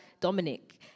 Dominic